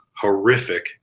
horrific